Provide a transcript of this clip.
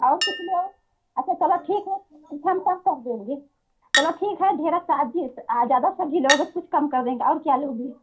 और कुछ लो अच्छा चलो ठीक है हम कम कम कर देंगे चलो ठीक है ढेरा साजी ज्यादा सब्जी लोगे तो कुछ कम कर देंगे और क्या लोगी